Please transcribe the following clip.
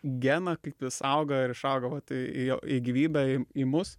geną kaip jis auga ir išauga vat į į gyvybę į į mus